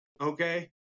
Okay